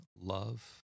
love